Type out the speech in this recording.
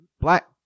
black